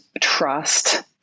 trust